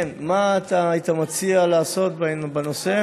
כן, מה אתה היית מציע לעשות בנושא?